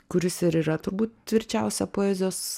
kuris ir yra turbūt tvirčiausia poezijos